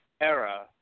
era